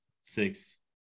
six